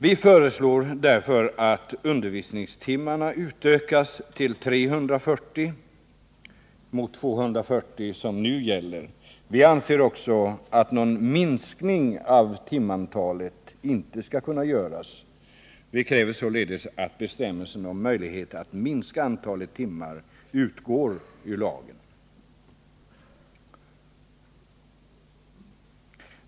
Vpk föreslår därför att undervisningstimmarna utökas till 340 — mot 240 som nu gäller. Vi anser också att någon minskning av timantalet inte skall kunna göras. Vi kräver således att bestämmelsen om möjlighet att minska antalet timmar utgår ur lagtexten.